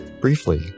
Briefly